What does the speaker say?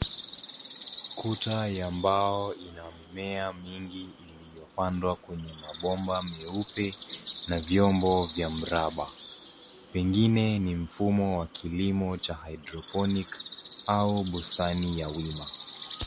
Kuta ya mbao ina mimea mingi iliyopandwa kwenye mabomba meupe na vyombo vya mraba. Pengine ni mfumo wa kilimo cha hydroponic au bustani ya wima.